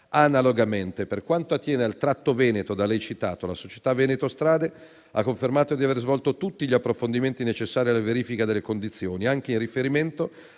analogamente. Per quanto attiene al tratto veneto da lei citato, la società Veneto strade ha confermato di aver svolto tutti gli approfondimenti necessari alla verifica delle condizioni, anche in riferimento